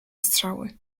strzały